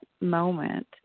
moment